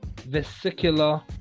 vesicular